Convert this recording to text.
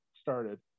started